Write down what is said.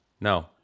No